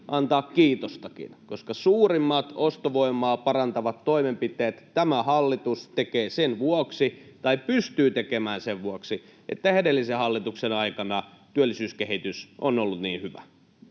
antaa kiitostakin, koska suurimmat ostovoimaa parantavat toimenpiteet tämä hallitus tekee sen vuoksi, tai pystyy tekemään sen vuoksi, että edellisen hallituksen aikana työllisyyskehitys on ollut niin hyvä.